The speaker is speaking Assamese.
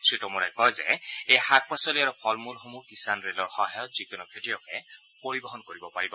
শ্ৰীটোমৰে কয় যে এই শাকপাচলি আৰু ফলমূলসমূহ কিষাণ ৰে'লৰ সহায়ত যিকোনো খেতিয়কে পৰিবহন কৰিব পাৰিব